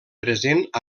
present